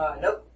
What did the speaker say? Nope